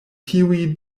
tiuj